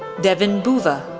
deven bhuva,